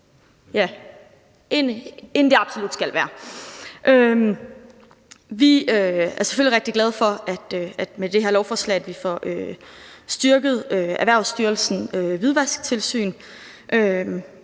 end det absolut skal være. Vi er selvfølgelig rigtig glade for, at vi med det her lovforslag får styrket Erhvervsstyrelsens hvidvasktilsyn,